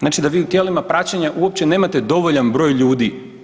Znači da vi u tijelima praćenja uopće nemate dovoljan broj ljudi.